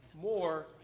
more